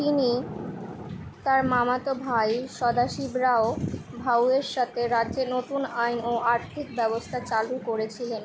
তিনি তার মামাতো ভাই সদাশিব রাও ভাউয়ের সাথে রাজ্যে নতুন আইন ও আর্থিক ব্যবস্থা চালু করেছিলেন